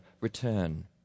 return